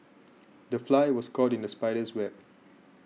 the fly was caught in the spider's web